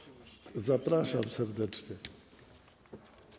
Zapraszam serdecznie.